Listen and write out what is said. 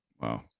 wow